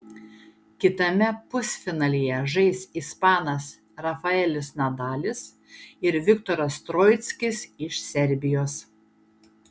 kitame pusfinalyje žais ispanas rafaelis nadalis ir viktoras troickis iš serbijos